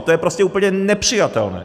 To je prostě úplně nepřijatelné!